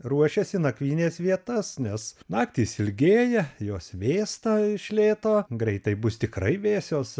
ruošiasi nakvynės vietas nes naktys ilgėja jos vėsta iš lėto greitai bus tikrai vėsios